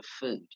food